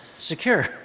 secure